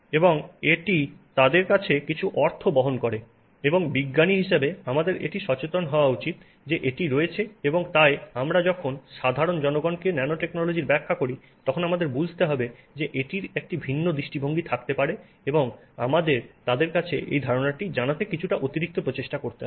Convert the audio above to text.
এবং এটি তাদের কাছে কিছু অর্থ বহন করে এবং বিজ্ঞানীদের হিসাবে আমাদের এটি সচেতন হওয়া উচিত যে এটি রয়েছে এবং তাই আমরা যখন সাধারণ জনগণকে ন্যানো টেকনোলজির ব্যাখ্যা করি তখন আমাদের বুঝতে হবে যে এটির একটি ভিন্ন দৃষ্টিভঙ্গি থাকতে পারে এবং আমাদের তাদের কাছে এই ধারণাটি জানাতে কিছুটা অতিরিক্ত প্রচেষ্টা করতে হবে